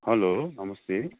hello नमस्ते